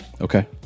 Okay